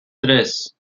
tres